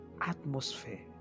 atmosphere